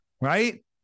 right